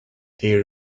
they